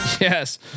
Yes